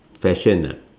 fashion ah